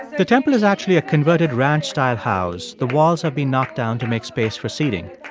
the temple is actually a converted ranch-style house. the walls have been knocked down to make space for seating.